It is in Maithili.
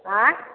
ऑंय